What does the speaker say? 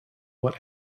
what